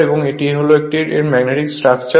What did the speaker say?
এবং এটি এর একটি ম্যাগনেটিক স্ট্রাকচার